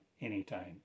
anytime